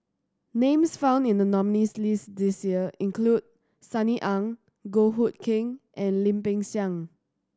names found in the nominees' list this year include Sunny Ang Goh Hood Keng and Lim Peng Siang